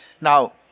now